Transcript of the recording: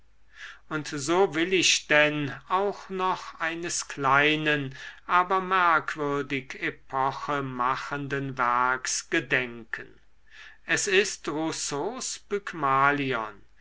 und so will ich denn auch noch eines kleinen aber merkwürdig epoche machenden werks gedenken es ist